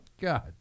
God